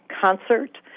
concert